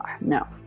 no